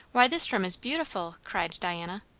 why, this room is beautiful! cried diana.